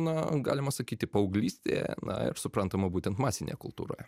na galima sakyti paauglystėj na ir suprantama būtent masinėj kultūroj